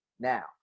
Now